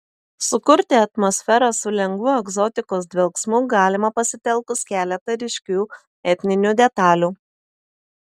sukurti atmosferą su lengvu egzotikos dvelksmu galima pasitelkus keletą ryškių etninių detalių